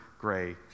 Gray